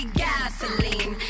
gasoline